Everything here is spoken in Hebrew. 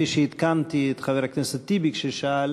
כפי שעדכנתי את חבר הכנסת טיבי כששאל,